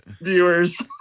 viewers